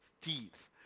teeth